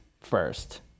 first